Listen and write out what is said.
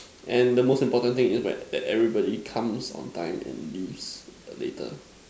and the most important thing is when everybody comes on time and leaves later